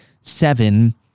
Seven